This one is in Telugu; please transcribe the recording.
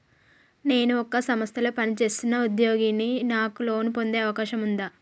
నేను ఒక సంస్థలో పనిచేస్తున్న ఉద్యోగిని నాకు లోను పొందే అవకాశం ఉందా?